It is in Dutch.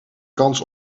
kans